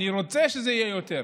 אני רוצה שזה יהיה יותר.